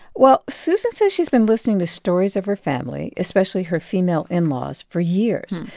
well, susan says she's been listening to stories of her family, especially her female in-laws, for years.